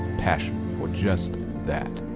passion for just that.